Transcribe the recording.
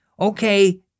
Okay